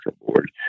board